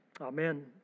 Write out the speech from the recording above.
Amen